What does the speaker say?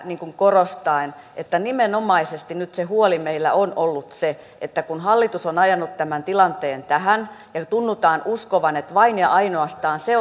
korostaen että nimenomaisesti nyt se huoli meillä on ollut se että kun hallitus on ajanut tämän tilanteen tähän ja tunnutaan uskovan että vain ja ainoastaan se